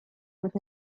with